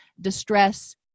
distress